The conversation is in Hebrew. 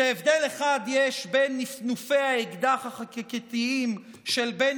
שהבדל אחד יש בין נפנופי האקדח החקיקתיים של בן